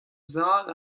zad